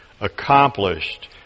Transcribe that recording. accomplished